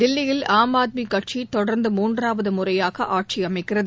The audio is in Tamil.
தில்லியில் ஆம் ஆத்மி கட்சி தொடர்ந்து மூன்றாவது முறையாக ஆட்சி அமைக்கிறது